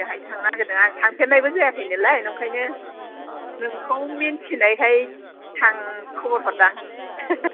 बेहाय थांनो नागेरदों आं थांफेरनायबो जायाखै नालाय ओंखायनो नोंखौ मिन्थिनायखाय थां खबर हरदां